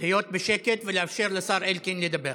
להיות בשקט ולאפשר לשר אלקין לדבר.